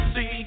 See